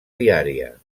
diària